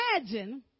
imagine